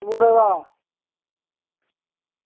मुड़े दा